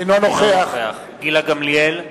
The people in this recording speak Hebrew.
אינו נוכח גילה גמליאל,